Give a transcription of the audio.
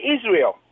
Israel